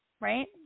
right